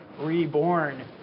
reborn